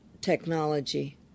technology